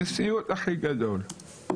זה סיוט הכי גדול.